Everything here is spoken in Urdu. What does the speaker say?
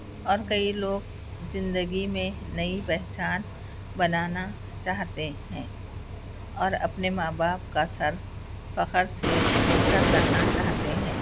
اور کئی لوگ زندگی میں نئی پہچان بنانا چاہتے ہیں اور اپنے ماں باپ کا سر فخر سے اونچا کرنا چاہتے ہیں